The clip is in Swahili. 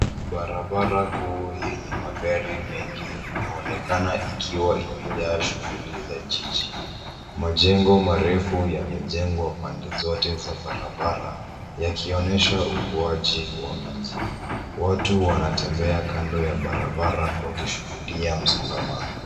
Barabara kuu yenye magari mengi. Inaonekana ikiwa imejaa shughuli nyingi za jiji. Majengo marefu yamejengwa pande zote za barabara yakionyesha ukuaji wa miji. Watu wanatembea kando ya barabara wakishuhudia msongamano.